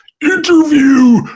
interview